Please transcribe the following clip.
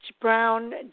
Brown